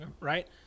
right